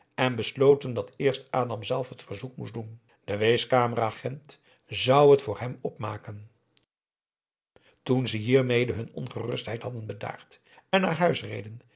maurits besloten dat eerst adam zelf het verzoek moest doen de weeskamer agent zou het voor hem opmaken toen ze hiermede hun ongerustheid hadden bedaard en naar huis reden